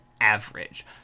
Average